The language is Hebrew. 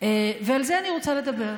ועל זה אני רוצה לדבר.